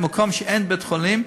שבמקום שאין בית-חולים,